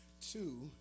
two